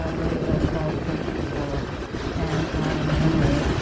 ah wrote a book called, the great war and modern memory.